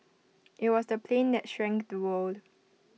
IT was the plane that shrank the world